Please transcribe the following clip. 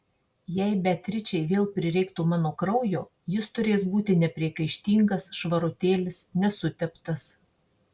jei beatričei vėl prireiktų mano kraujo jis turės būti nepriekaištingas švarutėlis nesuteptas